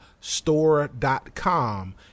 store.com